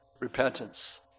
repentance